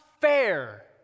fair